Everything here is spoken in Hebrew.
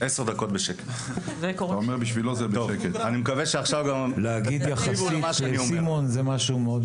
עשר דקות בשקט --- להגיד יחסית אצל סימון זה משהו מאוד .